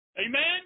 Amen